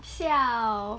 siao